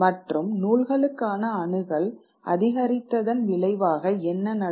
மற்றும் நூல்களுக்கான அணுகல் அதிகரித்ததன் விளைவாக என்ன நடக்கும்